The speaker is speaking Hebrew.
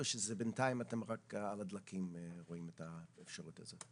או שבינתיים אתם רואים את האפשרות הזאת רק על דלקים?